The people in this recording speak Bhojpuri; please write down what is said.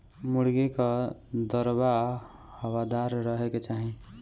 मुर्गी कअ दड़बा हवादार रहे के चाही